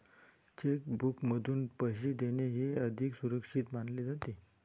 check बुकमधून पैसे देणे हे अगदी सुरक्षित मानले जाते